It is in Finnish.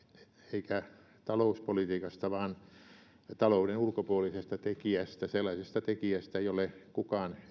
eikä talouspolitiikasta vaan talouden ulkopuolisesta tekijästä sellaisesta tekijästä jolle meistä kukaan